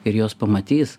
ir jos pamatys